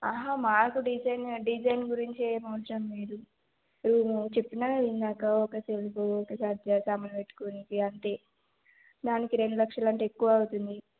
మాకు design design గురించి ఏమి అవసరం లేదు రుము చెప్పిన ఇందాక ఒక సెల్ఫ్ ఒక సజ్ఞా సామానులు పెట్టుకోవడానికి అంతే దానికి రెండు లక్షలు అంటే ఎక్కువ అవుతుంది